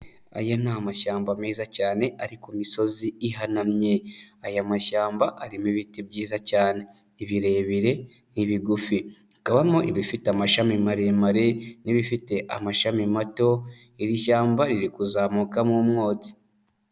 Aya ni amashyamba meza cyane ari ku misozi ihanamye, aya mashyamba arimo ibiti byiza cyane, ibirebire n'ibigufi, hakabamo ibifite amashami maremare n'ibifite amashami mato, iri shyamba riri kuzamukamo umwotsi.